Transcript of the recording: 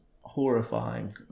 horrifying